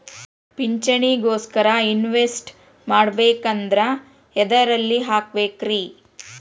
ಪಿಂಚಣಿ ಗೋಸ್ಕರ ಇನ್ವೆಸ್ಟ್ ಮಾಡಬೇಕಂದ್ರ ಎದರಲ್ಲಿ ಮಾಡ್ಬೇಕ್ರಿ?